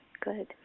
Good